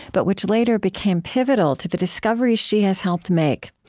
but which later became pivotal to the discoveries she has helped make.